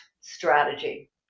strategy